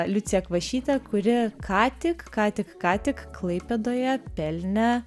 liuciją kvašytę kuri kątik kątik kątik klaipėdoje pelnė